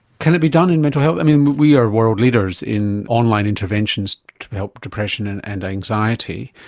can it be done in mental health? we are world leaders in online interventions to help depression and and anxiety.